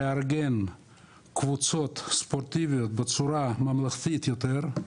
לארגן קבוצות ספורטיביות בצורה ממלכתית יותר,